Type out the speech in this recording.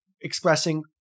expressing